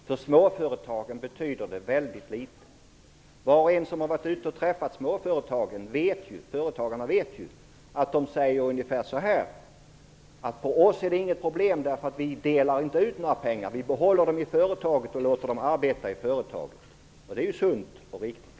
För småföretagen betyder den däremot väldigt litet. Var och en som har varit ute och träffat småföretagare vet att de säger ungefär så här: För oss är det inget problem, för vi delar inte ut några pengar, utan vi behåller dem i företaget och låter dem arbeta där. Och detta är ju sunt och riktigt.